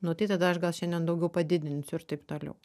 nu tai tada aš gal šiandien daugiau padidinsiu ir taip toliau